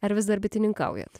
ar vis dar bitininkaujat